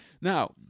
Now